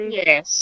yes